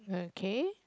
okay